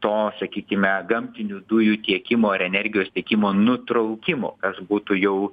to sakykime gamtinių dujų tiekimo ar energijos tiekimo nutraukimo kas būtų jau